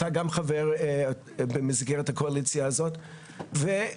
אתה גם חבר במסגרת הקואליציה הזאת ובינתיים